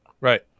Right